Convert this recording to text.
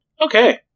Okay